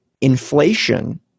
inflation